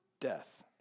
death